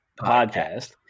podcast